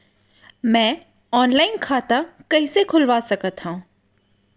मैं ऑनलाइन खाता कइसे खुलवा सकत हव?